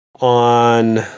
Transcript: On